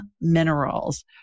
Minerals